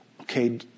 okay